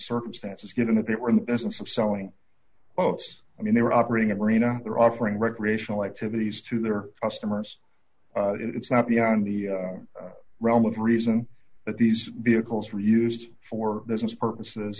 circumstances given that they were in the business of selling books i mean they were operating a marina or offering recreational activities to their customers it is not beyond the realm of reason that these vehicles were used for business purposes